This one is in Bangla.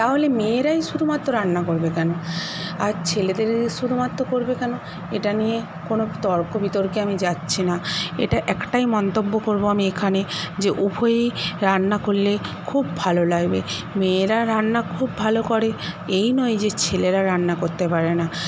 তাহলে মেয়েরাই শুধুমাত্র রান্না করবে কেন আর ছেলেদের শুধুমাত্র করবে কেন এটা নিয়ে কোনো তর্ক বিতর্কে আমি যাচ্ছি না এটা একটাই মন্তব্য করবো আমি এখানে যে উভয়েই রান্না করলে খুব ভালো লাগবে মেয়েরা রান্না খুব ভালো করে এই নয় যে ছেলেরা রান্না করতে পারে না